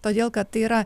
todėl kad tai yra